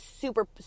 super